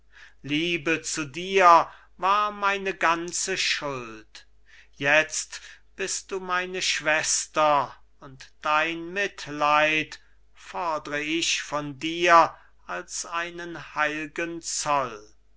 liebe zu dir war meine ganze schuld jetzt bist du meine schwester und dein mitleid fordr ich von dir als einen heil'gen zoll